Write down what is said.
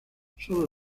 solo